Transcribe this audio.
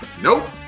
Nope